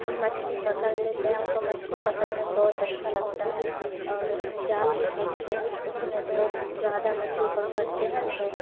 ہم مچھلی پکڑ لیتے ہیں ہم کو مچھلی پکڑنے میں بہت اچھا لگتا ہے اور ہم جال بھی پھینکتے ہیں اس میں بہت زیادہ مچھلی پکڑتے ہیں نا تو